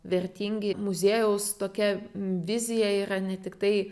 vertingi muziejaus tokia vizija yra ne tiktai